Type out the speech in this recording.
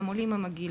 עולים עם הגיל